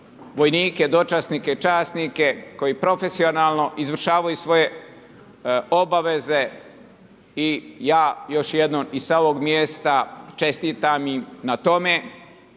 vojnike, dočasnike, časnike, koji profesionalno izvršavaju svoje obaveze i ja još jednom i sa ovog mjesta čestitam im na tome